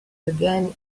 again